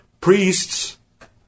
priests